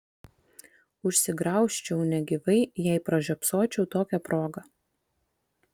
užsigraužčiau negyvai jei pražiopsočiau tokią progą